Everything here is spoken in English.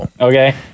okay